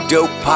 Dope